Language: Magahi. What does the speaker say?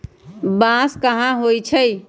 बांस कहाँ होई छई